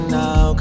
now